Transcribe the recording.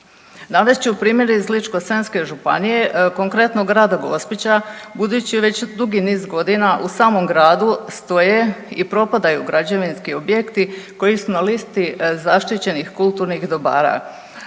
Navest ću primjer iz Ličko-senjske županije, konkretno Grada Gospića budući već dugi niz godina u samom gradu stoje i propadaju građevinski objekti koji su na listi zaštićenih kulturnih dobara.